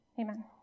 Amen